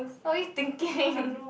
what were you thinking